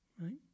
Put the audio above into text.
right